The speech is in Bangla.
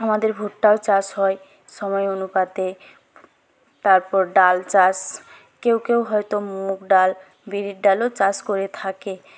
আমাদের ভুট্টাও চাষ হয় সময় অনুপাতে তারপর ডাল চাষ কেউ কেউ হয়তো মুগ ডাল বিড়ির ডালও চাষ করে থাকে